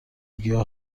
گیاه